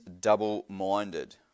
double-minded